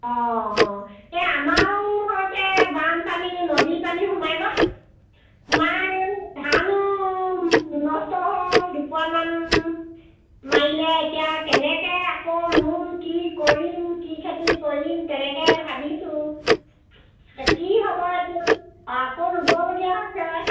অঁ এই আমাৰো হৈছে বামপানী নদীৰ পানী সোমাই গ'ল আমাৰ এই ধানো নষ্ট হ'ল দুপুৰামান মাৰিলে এতিয়া কেনেকৈ আকৌ ৰুম কি কৰিম কি খেতি কৰিম তেনেকৈ ভাবিছোঁ কি হ'ব এতিয়া আকৌ ৰুবলগীয়া হৈছে